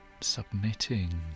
submitting